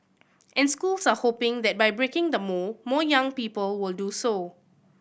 and schools are hoping that by breaking the mould more young people will do so